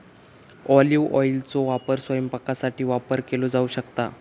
olive ऑइलचो वापर स्वयंपाकासाठी वापर केलो जाऊ शकता